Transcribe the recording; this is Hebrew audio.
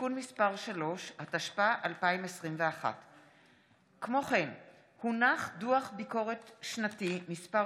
(תיקון מס' 33), התשפ"א 2021. דוח ביקורת שנתי מס'